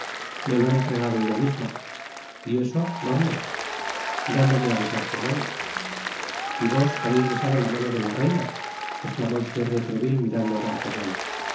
me lo ha entregado ella misma y eso donde dándome á besar su mamo y vos habeis besado la mano de la reina esclamó el señor de treville mirando á